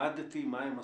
למדתי מה הם עשו.